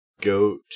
goat